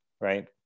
right